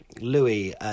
Louis